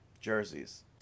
jerseys